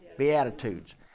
Beatitudes